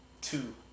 two